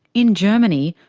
in germany,